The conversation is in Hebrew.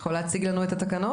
אתה יכול להציג לנו את התקנות?